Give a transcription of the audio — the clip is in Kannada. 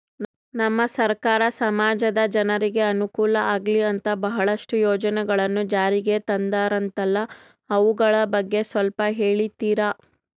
ನಮ್ಮ ಸರ್ಕಾರ ಸಮಾಜದ ಜನರಿಗೆ ಅನುಕೂಲ ಆಗ್ಲಿ ಅಂತ ಬಹಳಷ್ಟು ಯೋಜನೆಗಳನ್ನು ಜಾರಿಗೆ ತಂದರಂತಲ್ಲ ಅವುಗಳ ಬಗ್ಗೆ ಸ್ವಲ್ಪ ಹೇಳಿತೀರಾ?